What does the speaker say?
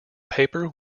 paper